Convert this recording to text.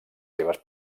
seves